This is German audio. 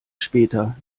später